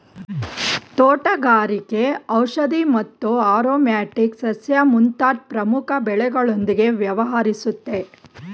ತೋಟಗಾರಿಕೆ ಔಷಧಿ ಮತ್ತು ಆರೊಮ್ಯಾಟಿಕ್ ಸಸ್ಯ ಮುಂತಾದ್ ಪ್ರಮುಖ ಬೆಳೆಗಳೊಂದ್ಗೆ ವ್ಯವಹರಿಸುತ್ತೆ